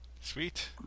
Sweet